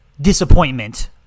disappointment